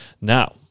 now